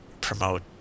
promote